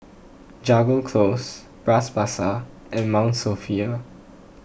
Jago Close Bras Basah and Mount Sophia